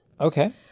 Okay